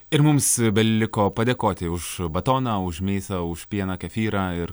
ir mums beliko padėkoti už batoną už mėsą už pieną kefyrą ir